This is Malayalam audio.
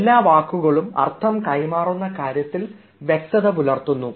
എല്ലാ വാക്കുകളും അർത്ഥം കൈമാറുന്ന കാര്യത്തിൽ വ്യക്തത പുലർത്തുന്നു